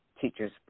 teachers